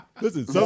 Listen